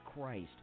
Christ